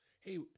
Hey